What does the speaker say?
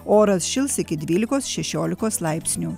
oras šils iki dvylikos šešiolikos laipsnių